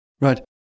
Right